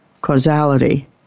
causality